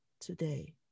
today